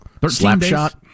Slapshot